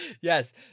Yes